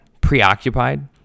preoccupied